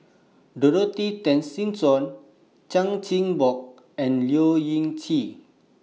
Dorothy Tessensohn Chan Chin Bock and Leu Yew Chye